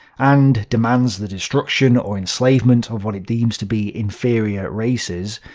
and demands the destruction or enslavement of what it deems to be inferior races,